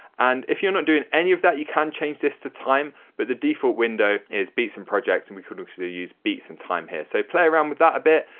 and if you are not doing any of that you can change this to time, but the default window is beats and projects and we could actually use beats and time here. so, play around that a bit.